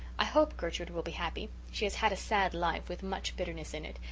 i hope gertrude will be happy. she has had a sad life, with much bitterness in it,